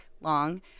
long